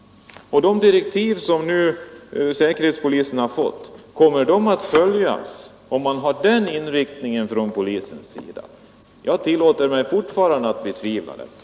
Kommer de direktiv som säkerhetspolisen nu har fått att följas, när polisens arbete har den inriktningen? Jag tillåter mig fortfarande att betvivla detta.